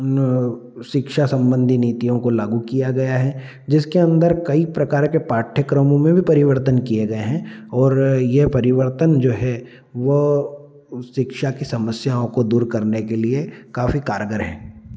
उन शिक्षा सम्बन्धी नीतियों को लागू किया गया है जिसके अन्दर कई प्रकार के पाठ्यक्रमों में भी परिवर्तन किए गए हैं और ये परिवर्तन जो है वो शिक्षा की समस्याओं को दूर करने के लिए काफ़ी कारगर है